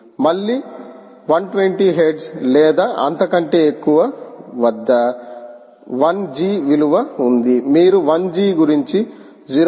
మళ్ళీ 120 హెర్ట్జ్ లేదా అంతకంటే ఎక్కువ వద్ద1 G విలువ ఉంది మీరు 1 G గురించి 0